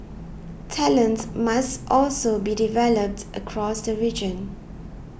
talent must also be developed across the region